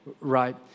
right